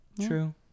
True